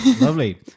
lovely